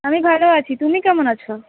আমি ভালো আছি তুমি কেমন আছ